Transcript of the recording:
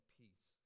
peace